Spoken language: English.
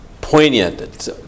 poignant